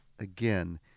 Again